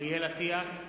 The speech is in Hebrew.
אריאל אטיאס,